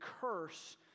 curse